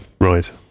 Right